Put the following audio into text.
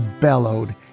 bellowed